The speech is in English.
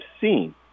seen